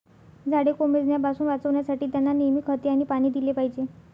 झाडे कोमेजण्यापासून वाचवण्यासाठी, त्यांना नेहमी खते आणि पाणी दिले पाहिजे